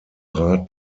rat